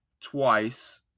twice